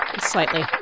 Slightly